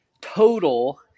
total